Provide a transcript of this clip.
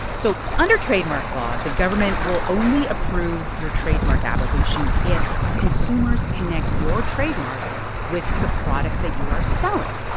so under trademark law, the government will only only approve your trademark application if consumers connect your trademark with the product that you are selling.